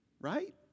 right